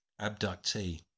abductee